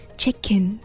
chicken